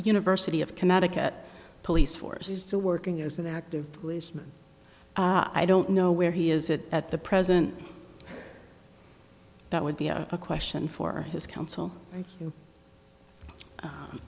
university of connecticut police force is still working as an active policeman i don't know where he is that at the present that would be a question for his counsel